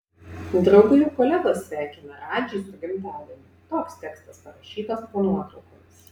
draugai ir kolegos sveikina radžį su gimtadieniu toks tekstas parašytas po nuotraukomis